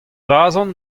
dazont